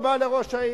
הוא בא אל ראש העיר.